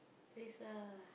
please lah